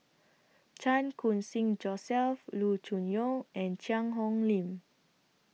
Chan Khun Sing Joseph Loo Choon Yong and Cheang Hong Lim